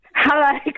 Hello